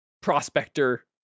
prospector